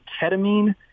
ketamine